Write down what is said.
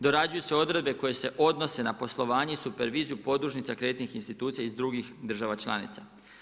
Dorađuju se odredbe koje se odnose na poslovanje i superviziju podružnicu kreditnih institucija iz drugih država članica.